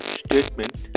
statement